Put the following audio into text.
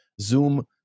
Zoom